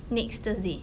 next thursday